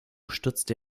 stürzte